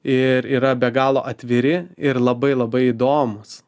ir yra be galo atviri ir labai labai įdomūs